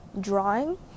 drawing